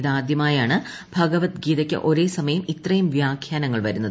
ഇത് ആദ്യമായാണ് ഭഗവത്ഗീതയ്ക്ക് ഒരേസമയം ഇത്രയും വൃാ്ച്ച്യാനങ്ങൾ വരുന്നത്